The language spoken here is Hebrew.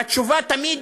והתשובה תמיד